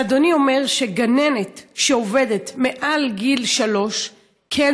אז אדוני אומר שגננת שעובדת מעל גיל שלוש כן